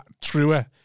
truer